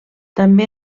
també